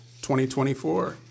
2024